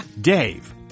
Dave